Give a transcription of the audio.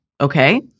okay